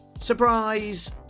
Surprise